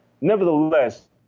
Nevertheless